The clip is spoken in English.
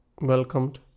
welcomed